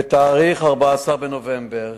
ב-14 בנובמבר